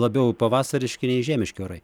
labiau pavasariški nei žiemiški orai